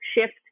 shift